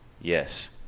Yes